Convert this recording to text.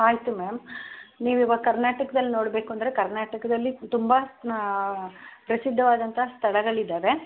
ಆಯಿತು ಮ್ಯಾಮ್ ನೀವು ಇವಾಗ ಕರ್ನಾಟಕದಲ್ಲಿ ನೋಡಬೇಕು ಅಂದರೆ ಕರ್ನಾಟಕದಲ್ಲಿ ತುಂಬ ಪ್ರಸಿದ್ಧವಾದಂತ ಸ್ಥಳಗಳಿದ್ದಾವೆ